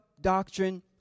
doctrine